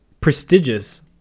prestigious